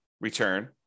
return